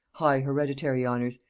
high hereditary honors,